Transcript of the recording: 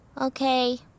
Okay